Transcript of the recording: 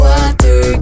Water